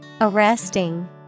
Arresting